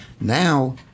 Now